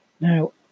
Now